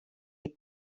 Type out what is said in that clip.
les